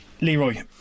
Leroy